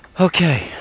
Okay